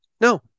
no